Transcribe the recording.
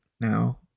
now